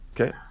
Okay